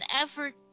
effort